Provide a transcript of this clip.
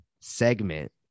segment